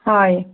হয়